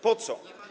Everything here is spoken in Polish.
Po co?